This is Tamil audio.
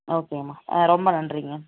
ஓகேங்கம்மா ஆ ரொம்ப நன்றிங்க